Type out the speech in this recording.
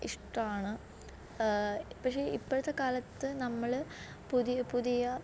ഇഷ്ടമാണ് പക്ഷേ ഇപ്പോഴത്തെ കാലത്ത് നമ്മൾ പുതിയ പുതിയ